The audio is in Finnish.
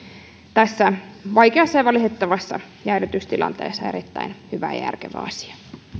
tässä vaikeassa ja valitettavassa jäädytystilanteessa erittäin hyvä ja järkevä asia